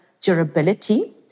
durability